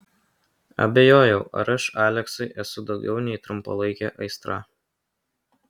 abejojau ar aš aleksui esu daugiau nei trumpalaikė aistra